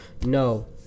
No